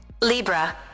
Libra